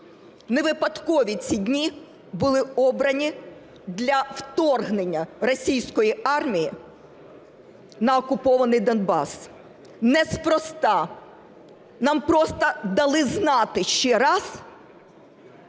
Невипадково ці дні були обрані для вторгнення російської армії на окупований Донбас, неспроста. Нам просто дали знати ще раз,